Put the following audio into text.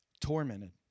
tormented